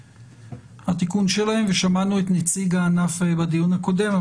בתיקון שלהן ושמענו את נציג הענף בדיון הקודם,